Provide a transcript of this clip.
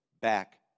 back